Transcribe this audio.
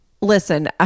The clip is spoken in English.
Listen